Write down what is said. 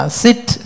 sit